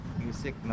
music